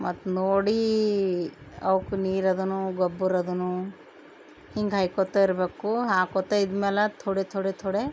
ಮತ್ತೆ ನೋಡಿ ಅವ್ಕೆ ನೀರದನೊ ಗೊಬ್ಬರದನೋ ಹಿಂಗೆ ಹಯ್ಕೋತ್ತ ಇರಬೇಕು ಹಾಕೋತ್ತ ಇದ್ಮೇಲೆ ಥೊಡೆ ಥೊಡೆ ಥೊಡೆ